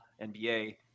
NBA